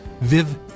Viv